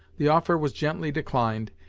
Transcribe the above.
the offer was gently declined,